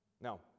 Now